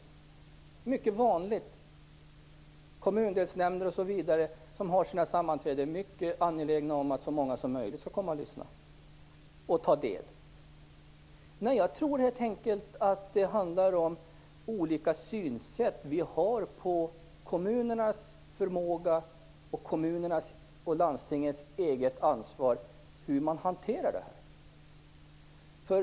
Det är mycket vanligt att kommundelsnämnder och andra är angelägna om att så många som möjligt skall komma och lyssna och ta del av sammanträdena. Jag tror helt enkelt att vi har olika syn på kommunernas och landstingens eget ansvar och förmåga att hantera det här.